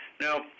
Now